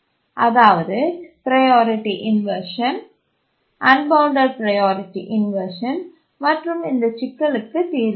அதாவது priority inversion unbounded priority inversion மற்றும் இந்த சிக்கலுக்கு தீர்வு என்ன